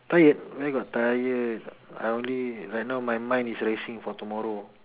tired where got tired I only right now my mind is resting for tomorrow